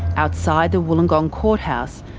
outside the wollongong courthouse,